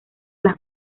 las